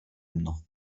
mną